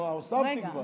הוספתי כבר.